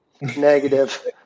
Negative